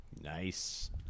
Nice